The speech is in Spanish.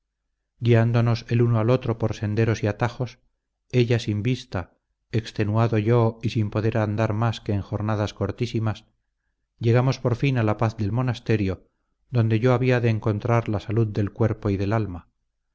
guiándonos el uno al otro por senderos y atajos ella sin vista extenuado yo y sin poder andar más que en jornadas cortísimas llegamos por fin a la paz del monasterio donde yo había de encontrar la salud del cuerpo y del alma